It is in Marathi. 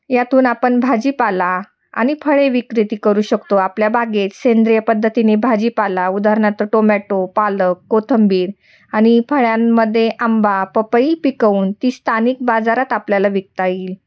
यातून आपण भाजीपाला आणि फळे विक्रेती करू शकतो आपल्या बागेत सेंद्रिय पद्धतीने भाजीपाला उदाहरणार्थ टोमॅटो पालक कोथंबीर आणि फळ्यांमध्ये आंबा पपई पिकवून ती स्थानिक बाजारात आपल्याला विकता येईल